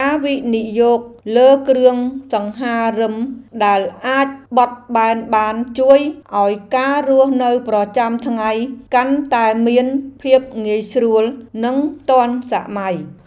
ការវិនិយោគលើគ្រឿងសង្ហារិមដែលអាចបត់បែនបានជួយឱ្យការរស់នៅប្រចាំថ្ងៃកាន់តែមានភាពងាយស្រួលនិងទាន់សម័យ។